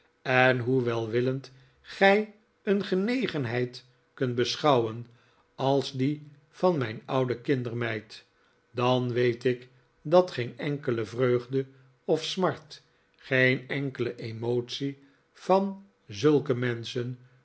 en hoe welwillend gij een genegenheid kunt beschouwen als die van mijn oude kindermeid dan weet ik dat geen enkele vreugde of smart geen enkele emotie van zulke menschen